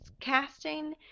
casting